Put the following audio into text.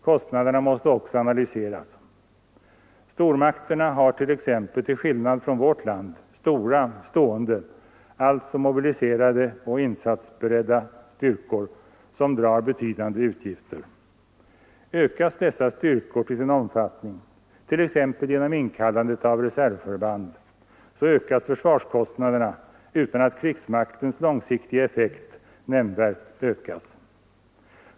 Kostnaderna måste också analyseras. Stormakterna har t.ex., till skillnad från vårt land, stora stående — alltså mobiliserade och insatsberedda — styrkor, som drar betydande utgifter. Ökas dessa styrkor till sin omfattning, exempelvis genom inkallande av reservförband, växer försvarskostnaderna utan att krigsmaktens långsiktiga effekt nämnvärt stegras.